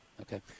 Okay